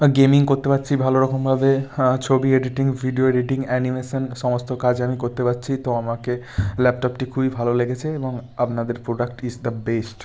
gaming করতে পারছি ভালো রকমভাবে হ্যাঁ ছবি এডিটিং ভিডিও এডিটিং অ্যানিমেশন সমস্ত কাজ আমি করতে পারছি তো আমাকে ল্যাপটপটি খুবই ভালো লেগেছে এবং আপনাদের প্রোডাক্ট ইস দ্য বেস্ট